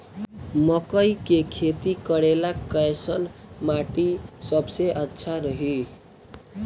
मकई के खेती करेला कैसन माटी सबसे अच्छा रही?